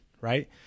right